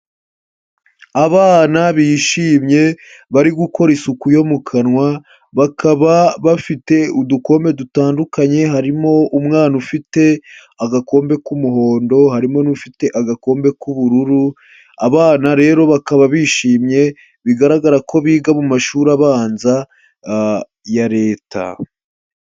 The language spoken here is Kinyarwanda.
Abana bishimye, bari gukora isuku yo mu kanwa, bakaba bafite udukombe dutandukanye, harimo umwana ufite agakombe k'umuhondo, harimo n'ufite agakombe k'ubururu, abana rero bakaba bishimye, bigaragara ko biga mu mashuri abanza ya leta.